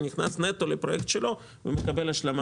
הוא נכנס נטו לפרויקט שלו ומקבל השלמה